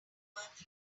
birth